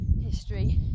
history